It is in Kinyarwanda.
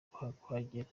kuhagera